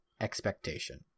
expectation